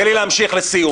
תן לי להמשיך לסיום.